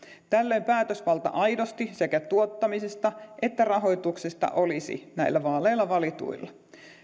tällöin päätösvalta aidosti sekä tuottamisesta että rahoituksesta olisi näillä vaaleilla valituilla